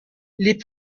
les